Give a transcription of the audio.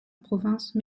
province